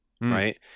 right